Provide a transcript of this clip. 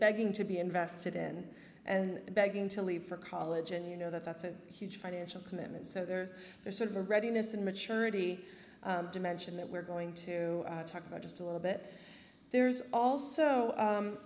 begging to be invested in and begging to leave for college and you know that's a huge financial commitment so there are sort of a readiness and maturity dimension that we're going to talk about just a little bit there's also